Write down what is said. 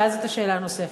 ואז את השאלה הנוספת,